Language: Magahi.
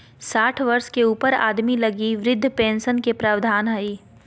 साठ वर्ष के ऊपर आदमी लगी वृद्ध पेंशन के प्रवधान हइ